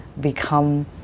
become